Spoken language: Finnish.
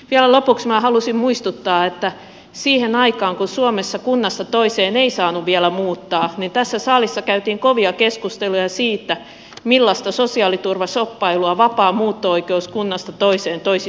vielä lopuksi minä haluaisin muistuttaa että siihen aikaan kun suomessa kunnasta toiseen ei saanut vielä muuttaa tässä salissa käytiin kovia keskusteluja siitä millaista sosiaaliturvashoppailua vapaa muutto oikeus kunnasta toiseen toisi tullessaan